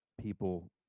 people